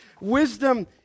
Wisdom